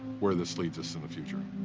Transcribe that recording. where this leads us in the future.